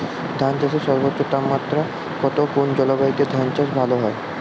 ধান চাষে সর্বোচ্চ তাপমাত্রা কত কোন জলবায়ুতে ধান চাষ ভালো হয়?